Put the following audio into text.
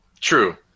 true